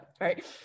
right